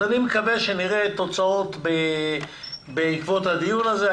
אני מקווה שנראה תוצאות בעקבות הדיון הזה.